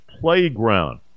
playground